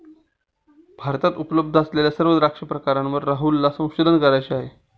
भारतात उपलब्ध असलेल्या सर्व द्राक्ष प्रकारांवर राहुलला संशोधन करायचे आहे